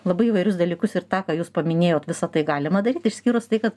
labai įvairius dalykus ir tą ką jūs paminėjot visa tai galima daryt išskyrus tai kad